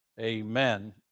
amen